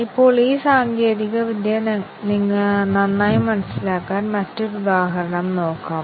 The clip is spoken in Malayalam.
ഇപ്പോൾ ഒന്നിലധികം കണ്ടീഷൻ കവറേജിന്റെ മറ്റൊരു തരം നോക്കാം